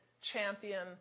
champion